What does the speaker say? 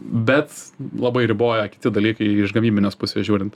bet labai riboja kiti dalykai iš gamybinės pusės žiūrint